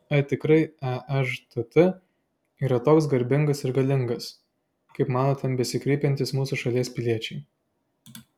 ar tikrai ežtt yra toks garbingas ir galingas kaip mano ten besikreipiantys mūsų šalies piliečiai